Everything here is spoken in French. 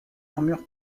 armure